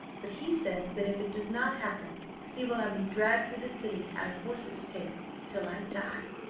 but he says that if it does not happen he will have me dragged through the city at a horse's tail till i die